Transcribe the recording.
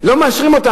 לא מאשרים אותה.